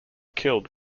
killed